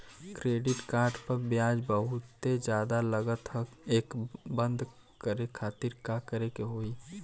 Credit card पर ब्याज बहुते ज्यादा लगत ह एके बंद करे खातिर का करे के होई?